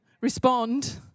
respond